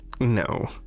No